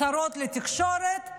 הצהרות לתקשורת,